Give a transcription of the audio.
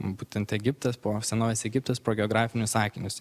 būtent egiptas po senovės egiptas pro geografinius akinius